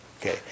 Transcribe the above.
Okay